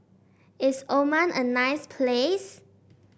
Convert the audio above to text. is Oman a nice place